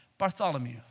Bartholomew